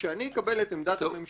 כשאני אקבל את עמדת הממשלה,